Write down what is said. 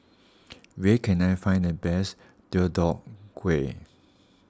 where can I find the best Deodeok Gui